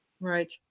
Right